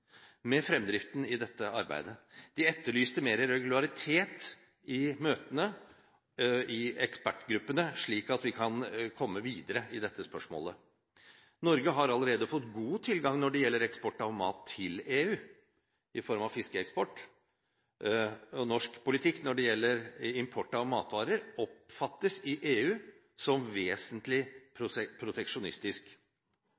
med fremdriften i dette arbeidet. De etterlyste mer regularitet i møtene i ekspertgruppene, slik at vi kan komme videre i dette spørsmålet. Norge har allerede fått god tilgang når det gjelder eksport av mat til EU i form av fiskeeksport. Norsk politikk når det gjelder import av matvarer, oppfattes i EU som vesentlig